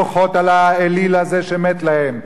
בוכות על האליל הזה שמת להם.